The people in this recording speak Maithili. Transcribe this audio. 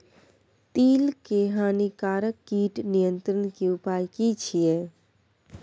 तिल के हानिकारक कीट नियंत्रण के उपाय की छिये?